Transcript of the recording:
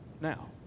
now